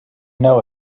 know